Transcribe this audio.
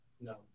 No